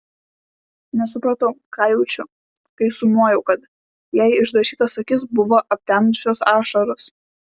nesupratau ką jaučiu kai sumojau kad jai išdažytas akis buvo aptemdžiusios ašaros